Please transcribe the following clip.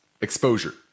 exposure